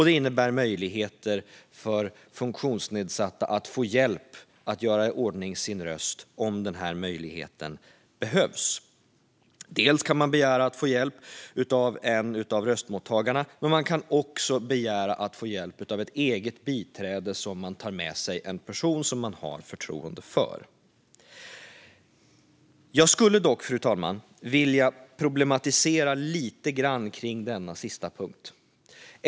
Det innebär möjligheter för funktionsnedsatta att få hjälp att göra i ordning sin röst om den möjligheten behövs. Man kan begära att få hjälp av en av röstmottagarna. Men man kan också begära att få hjälp av ett eget biträde där man tar med sig en person som man har förtroende för. Fru talman! Jag skulle dock vilja problematisera lite grann kring denna sista punkt.